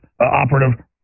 operative